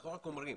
אנחנו רק אומרים